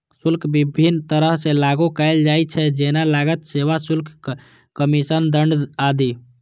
शुल्क विभिन्न तरह सं लागू कैल जाइ छै, जेना लागत, सेवा शुल्क, कमीशन, दंड आदि